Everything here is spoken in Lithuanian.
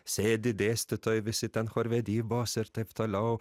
sėdi dėstytojai visi ten chorvedybos ir taip toliau